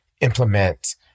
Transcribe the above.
implement